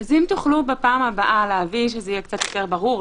אם תוכלו בפעם הבאה להביא, שזה יהיה יותר ברור.